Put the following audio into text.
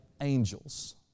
angels